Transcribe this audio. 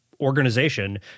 organization